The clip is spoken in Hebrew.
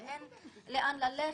שאין לאן ללכת,